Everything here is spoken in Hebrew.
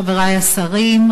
חברי השרים,